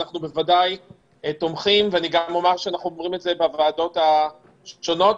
אנחנו תומכים ואנחנו אומרים את זה בוועדות השונות.